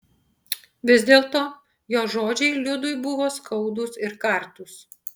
vis dėlto jo žodžiai liudui buvo skaudūs ir kartūs